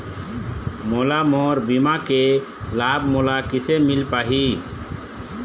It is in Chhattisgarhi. मोला मोर बीमा के लाभ मोला किसे मिल पाही?